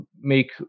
make